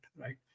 right